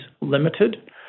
Limited